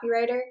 copywriter